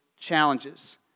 challenges